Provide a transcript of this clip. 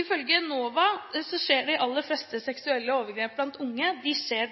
Ifølge NOVA skjer de fleste seksuelle overgrep blant unge